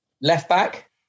Left-back